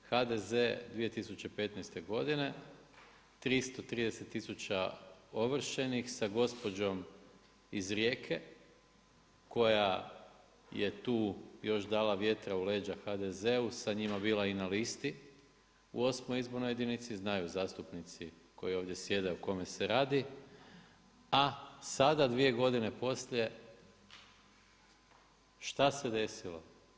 HDZ 2015. godine, 330 tisuća ovršenih sa gospođom iz Rijeke koja je tu još dala vjetra u leđa HDZ-u, sa njima bila i na listi, u 8. izbornoj jedinici, znaju zastupnici koji ovdje sjede o kome se radi, a sada dvije godine poslije šta se desilo?